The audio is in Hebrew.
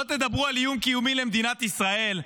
לא תדברו על איום קיומי למדינת ישראל,